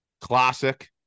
Classic